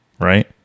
right